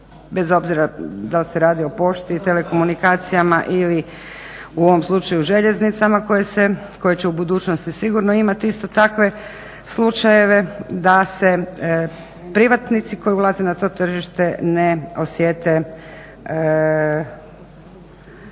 bez obzira da li se radi o pošti i telekomunikacijama ili u ovom slučaju željeznicama koje će u budućnosti sigurno imati isto takve slučajeve da se privatnici koji ulaze na to tržište ne osjete